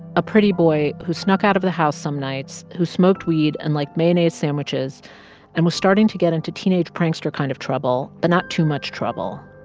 a pretty boy who snuck out of the house some nights, who smoked weed and liked like mayonnaise sandwiches and was starting to get into teenage-prankster kind of trouble, but not too much trouble.